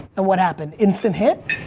and what happened, instant hit